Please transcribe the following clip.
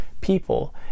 people